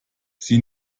sie